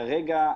כרגע,